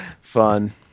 Fun